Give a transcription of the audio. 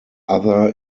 other